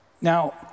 now